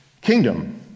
kingdom